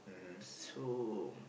so